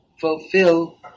fulfill